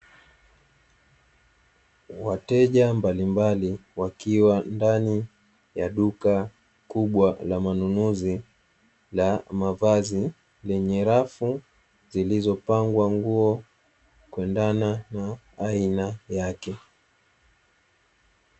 Wateja mbalimbali wakiwa ndani ya duka kubwa la manunuzi la mavazi, lenye rafu zilizopangwa nguo kuendana na aina yake.